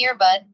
Earbud